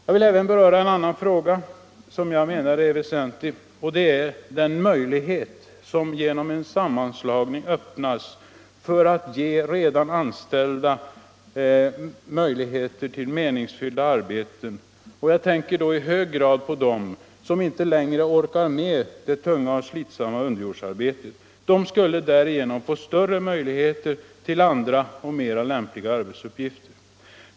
Jag vill även beröra en annan fråga som jag menar är väsentlig, nämligen den möjlighet som genom en sammanslagning ges för att bereda redan anställda meningsfulla arbeten. Jag tänker då i hög grad på dem som inte längre orkar med det tunga och slitsamma underjordsarbetet. De skulle därigenom få större möjligheter till andra och mera lämpliga arbetsuppgifter.